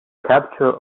capture